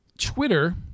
Twitter